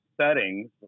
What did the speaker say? settings